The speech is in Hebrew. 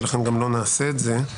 ולכן גם לא נעשה את זה.